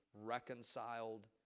reconciled